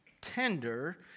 tender